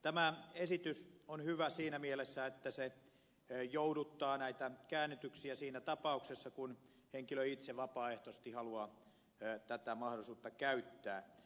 tämä esitys on hyvä siinä mielessä että se jouduttaa käännytyksiä siinä tapauksessa kun henkilö itse vapaaehtoisesti haluaa tätä mahdollisuutta käyttää